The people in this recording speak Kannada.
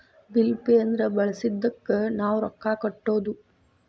ಬಿಲ್ ಪೆ ಅಂದ್ರ ಬಳಸಿದ್ದಕ್ಕ್ ನಾವ್ ರೊಕ್ಕಾ ಕಟ್ಟೋದು